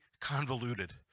convoluted